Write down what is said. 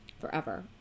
Forever